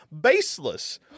BASELESS